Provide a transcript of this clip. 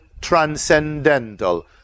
transcendental